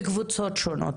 בקבוצות שונות.